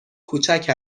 کوچک